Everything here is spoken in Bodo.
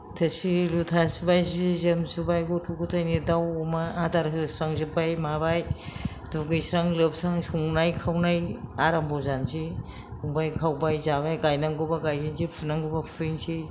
थोरसि लथा सुबाय जि जोम सुबाय गथ' गथाइनि दाउ अमा आदार होस्रांजोब्बाय माबाय दुगैस्रां लोबस्रां संनाय खावनाय आराम्भ' जानोसै संबाय खावबाय जाबाय गायनांगौब्ला गायहैनोसै फुंनांगौब्ला फुहैनोसै